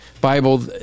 Bible